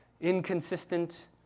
inconsistent